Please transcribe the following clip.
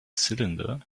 cylinder